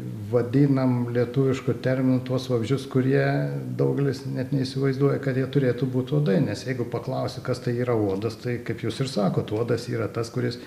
vadinam lietuvišku terminu tuos vabzdžius kurie daugelis net neįsivaizduoja kad jie turėtų būt uodai nes jeigu paklausi kas tai yra uodas tai kaip jūs ir sakot uodas yra tas kuris